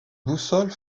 boussole